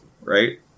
right